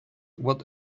what